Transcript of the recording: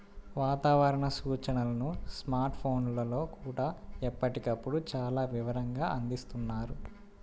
వాతావరణ సూచనలను స్మార్ట్ ఫోన్లల్లో కూడా ఎప్పటికప్పుడు చాలా వివరంగా అందిస్తున్నారు